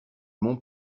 mon